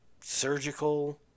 surgical